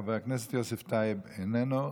חבר הכנסת יוסף טייב, איננו.